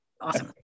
Awesome